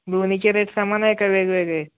दोन्हीचे रेट समान आहे का वेगवेगळे